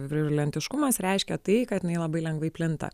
virulentiškumas reiškia tai kad jinai labai lengvai plinta